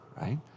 Right